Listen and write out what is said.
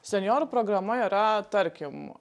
senjorų programa yra tarkim